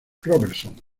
robertson